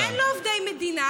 אין לו עובדי מדינה,